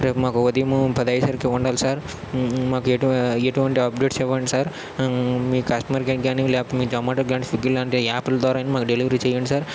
రేపు మాకు ఉదయము పది అయ్యే సరికి ఉండాలి సార్ మాకు ఎటు ఎటువంటి అప్డేట్స్ ఇవ్వండి సార్ మీ కస్టమర్ కేర్కి కాని లేకపోతే మీ జొమాటో కాని స్విగి లాంటి యాప్లు ద్వారా అయినా మాకు డెలివరీ చేయండి సార్